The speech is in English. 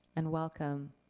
and welcome.